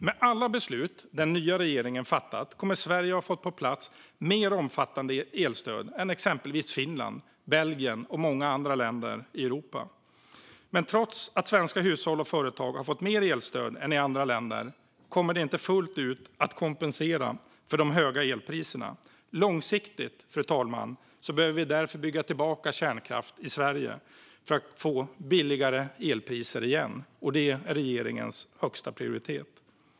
Med alla beslut den nya regeringen fattat kommer Sverige att ha fått på plats mer omfattande elstöd än exempelvis Finland, Belgien och många andra länder i Europa. Men trots att svenska hushåll och företag har fått mer elstöd än i andra länder kommer det inte fullt ut att kompensera för de höga elpriserna. Långsiktigt behöver vi därför bygga tillbaka kärnkraft i Sverige för att få billigare el igen, och det är regeringens högsta prioritet.